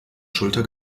schulter